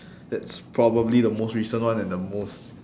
that's probably the most recent one and the most